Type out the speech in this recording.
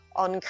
on